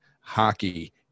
Hockey